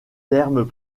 termes